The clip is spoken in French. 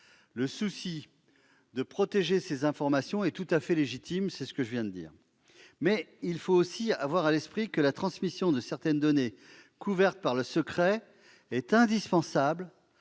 Le souci de protéger ces informations est tout à fait légitime, mais il faut aussi avoir à l'esprit que la transmission de certaines données couvertes par le secret est indispensable